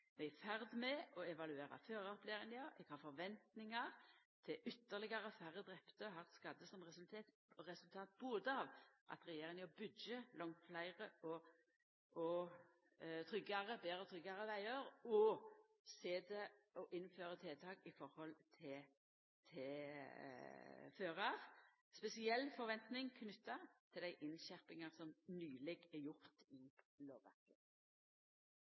er i ferd med å evaluera føraropplæringa. Eg har forventningar til at det blir ytterlegare færre drepne og hardt skadde som resultat av at regjeringa både byggjer langt fleire betre og tryggare vegar og innfører tiltak overfor førar, ei spesiell forventning knytt til dei innskjerpingane som nyleg er